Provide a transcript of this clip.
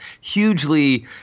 hugely